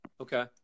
Okay